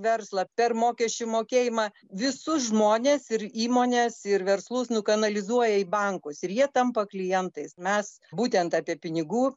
verslą per mokesčių mokėjimą visus žmones ir įmones ir verslus nukanalizuoja į bankus ir jie tampa klientais mes būtent apie pinigų